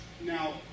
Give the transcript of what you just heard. Now